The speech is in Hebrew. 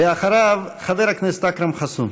ואחריו, חבר הכנסת אכרם חסון.